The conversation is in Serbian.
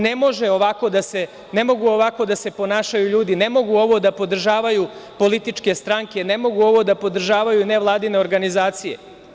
Ne mogu ovako da se ponašaju ljudi, ne mogu ovo da podržavaju političke stranke, ne mogu ovo da podržavaju nevladine organizacije.